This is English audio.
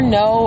no